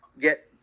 get